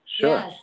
Sure